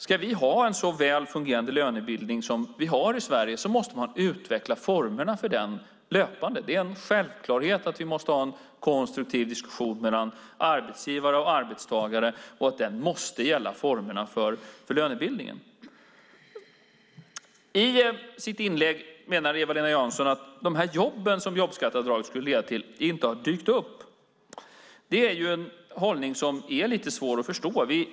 Ska vi ha en så väl fungerande lönebildning som vi har i Sverige måste man löpande utveckla formerna för den. Det är en självklarhet att vi måste ha en konstruktiv diskussion mellan arbetsgivare och arbetstagare och att den måste gälla formerna för lönebildningen. I sitt inlägg menar Eva-Lena Jansson att de här jobben, som jobbskatteavdraget skulle leda till, inte har dykt upp. Det är en hållning som är lite svår att förstå.